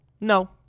no